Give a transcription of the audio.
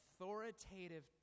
authoritative